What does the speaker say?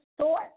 store